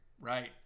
right